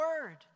word